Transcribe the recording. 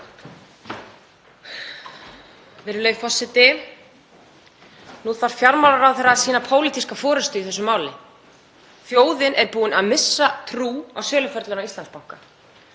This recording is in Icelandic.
Virðulegi forseti. Nú þarf fjármálaráðherra að sýna pólitíska forystu í þessu máli. Þjóðin er búin að missa trú á söluferlinu á Íslandsbanka.